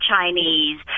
Chinese